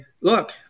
look